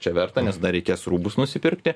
čia verta nes dar reikės rūbus nusipirkti